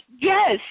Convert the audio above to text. Yes